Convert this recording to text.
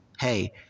hey